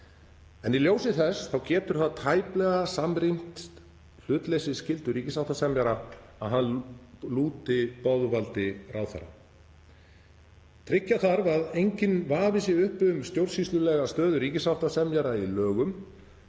starfsmanna getur það tæplega samrýmst hlutleysisskyldu ríkissáttasemjara að hann lúti boðvaldi ráðherra. Tryggja þarf að enginn vafi sé uppi um stjórnsýslulega stöðu ríkissáttasemjara í lögum